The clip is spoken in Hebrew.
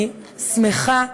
אני שמחה,